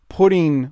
putting